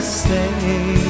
stay